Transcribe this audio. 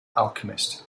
alchemist